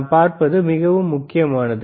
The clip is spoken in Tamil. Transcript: நாம் பார்ப்பது மிகவும் முக்கியமானது